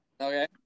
Okay